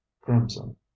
crimson